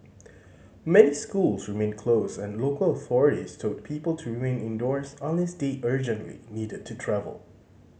many schools remained closed and local authorities told people to remain indoors unless they urgently needed to travel